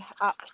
up